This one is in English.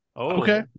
Okay